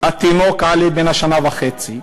התינוק עלי, בן השנה וחצי,